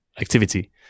activity